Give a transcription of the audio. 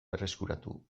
berreskuratu